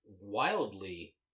wildly